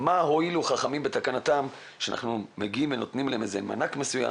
מה הועילו חכמים בתקנתם שאנחנו מגיעים ונותנים להם איזה מענק מסוים